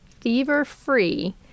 fever-free